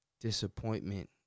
disappointment